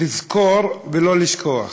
לזכור ולא לשכוח